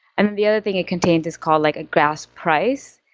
and the other thing it contains is called like a gas price,